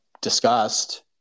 discussed